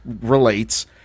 relates